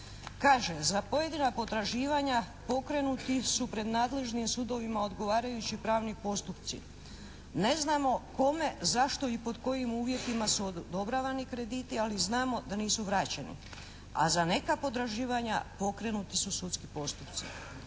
Kaže, za pojedina potraživanja pokrenuti su pred nadležnim sudovima odgovarajući pravni postupci. Ne znamo kome, zašto i pod kojim uvjetima su odobravani krediti, ali znamo da nisu vraćeni, a za neka potraživanja pokrenuti su sudski postupci.